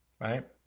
Right